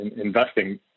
investing